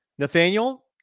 Nathaniel